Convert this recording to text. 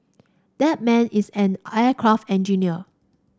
that man is an aircraft engineer